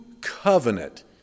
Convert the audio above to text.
covenant